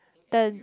the